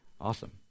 Awesome